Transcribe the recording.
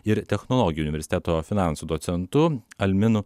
ir technologijų universiteto finansų docentu alminu